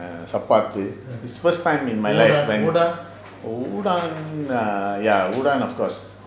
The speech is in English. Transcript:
சப்பாத்து:sappaathu is first time in my life udang err ya udang of course